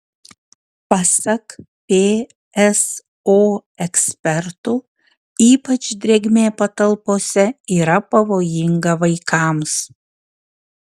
pasak pso ekspertų ypač drėgmė patalpose yra pavojinga vaikams